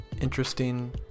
interesting